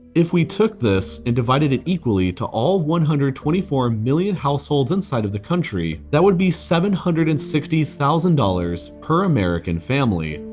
if we took this and divided it equally to all one hundred and twenty four million households inside of the country, that would be seven hundred and sixty thousand dollars per american family.